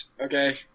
okay